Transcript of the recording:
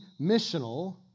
missional